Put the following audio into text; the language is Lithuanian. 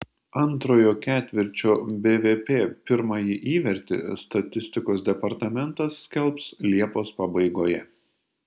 antrojo ketvirčio bvp pirmąjį įvertį statistikos departamentas skelbs liepos pabaigoje